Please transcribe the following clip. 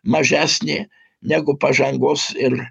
mažesnė negu pažangos ir